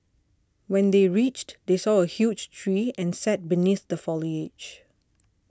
when they reached they saw a huge tree and sat beneath the foliage